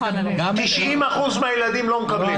90% מהילדים לא מקבלים.